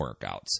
workouts